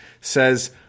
says